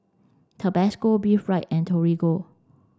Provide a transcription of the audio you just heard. Tabasco Be and Torigo